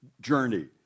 journey